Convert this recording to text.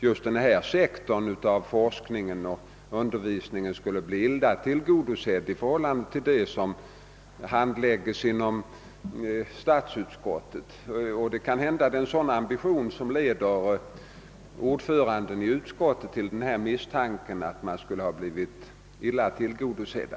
just denna sektor av forskningen och undervisningen skulle bli illa tillgodosedd i förhållande till de områden som handläggs inom statsutskottet, och det kanske är en viss ambition som föranleder ordföranden i jordbruksutskottet att misstänka att just denna sektor skulle blivit illa tillgodosedd.